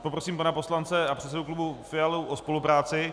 Poprosím pana poslance a předsedu klubu Fialu o spolupráci...